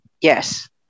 Yes